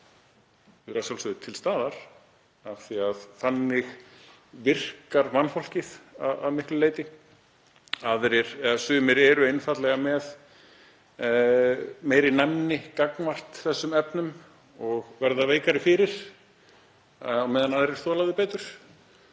Þau eru að sjálfsögðu til staðar af því að þannig virkar mannfólkið að miklu leyti. Sumir eru einfaldlega með meiri næmni gagnvart þessum efnum og verða veikari fyrir meðan aðrir þola þau betur,